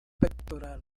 pectoral